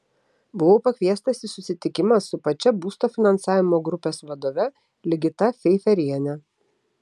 buvau pakviestas į susitikimą su pačia būsto finansavimo grupės vadove ligita feiferiene